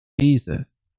Jesus